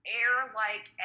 air-like